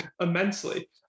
immensely